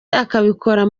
akabikora